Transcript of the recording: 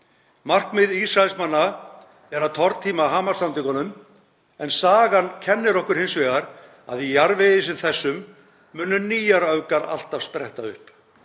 Markmið Ísraelsmanna er að tortíma Hamas-samtökunum en sagan kennir okkur hins vegar að í jarðvegi sem þessum munu nýjar öfgar alltaf spretta upp.